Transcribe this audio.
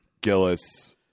Gillis